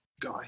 guy